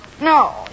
no